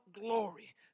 glory